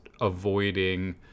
avoiding